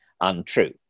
untrue